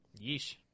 Yeesh